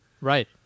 Right